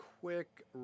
quick